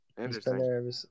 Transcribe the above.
Interesting